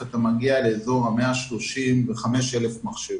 אתה מגיע לאזור ה-135,000 מחשבים.